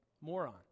Moron